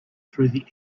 through